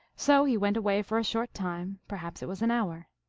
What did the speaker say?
so he went away for a short time perhaps it was an hour.